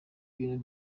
ibintu